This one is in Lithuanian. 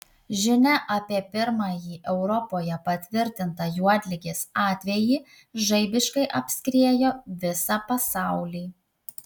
žinia apie pirmąjį europoje patvirtintą juodligės atvejį žaibiškai apskriejo visą pasaulį